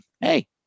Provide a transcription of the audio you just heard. Hey